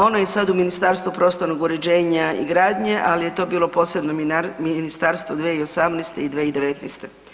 Ono je sad u Ministarstvu prostornog uređenja i gradnje, ali je to bilo posebno ministarstvo 2018. i 2019.